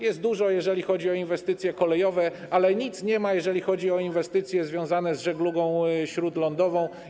Jest dużo, jeżeli chodzi o inwestycje kolejowe, ale nic nie ma, jeżeli chodzi o inwestycje związane z żeglugą śródlądową.